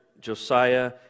Josiah